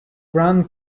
gran